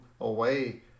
away